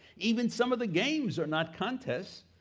even some of the games are not contests.